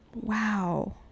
wow